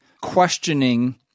questioning